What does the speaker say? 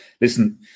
listen